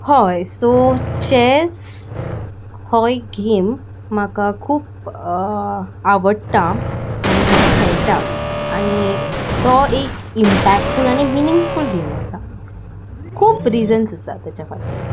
हय so chess हो एक गेम म्हाका खूब आवडटा आनी हांव खेळटां आनी तो एक इम्पॅक्टफूल आनी मिनींगफूल गेम आसा खूब रिजन्स आसा तेच्या फाटीं